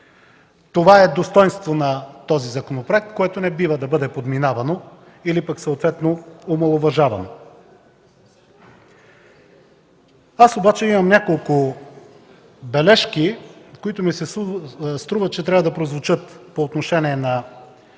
Това е достойнство на този законопроект, което не бива да бъде подминавано или съответно омаловажавано. Аз обаче имам няколко бележки, които ми се струва, че трябва да прозвучат по отношение